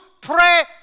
pray